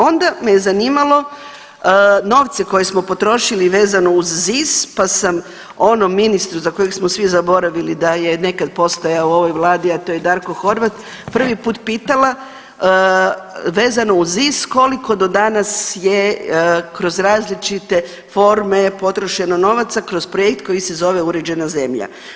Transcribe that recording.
Onda me je zanimalo novce koje smo potrošili vezano uz ZIS pa sam onom ministru za kojeg smo svi zaboravili da je nekad postojao u ovoj vladi, a to je Darko Horvat prvi put pitala vezano uz ZIS koliko do danas je kroz različite forme potrošeno novaca kroz projekt koji se zove Uređena zemlja.